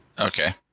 Okay